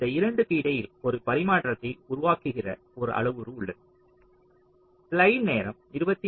இந்த 2 க்கு இடையில் ஒரு பரிமாற்றத்தை உருவாக்குகிற ஒரு அளவுரு உள்ளது